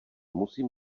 musím